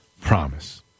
promise